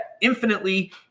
infinitely